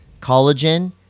collagen